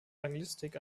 anglistik